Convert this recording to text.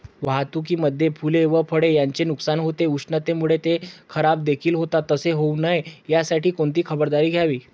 वाहतुकीमध्ये फूले व फळे यांचे नुकसान होते, उष्णतेमुळे ते खराबदेखील होतात तसे होऊ नये यासाठी कोणती खबरदारी घ्यावी?